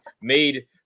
made